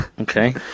Okay